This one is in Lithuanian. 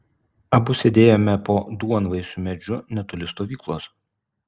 abu sėdėjome po duonvaisiu medžiu netoli stovyklos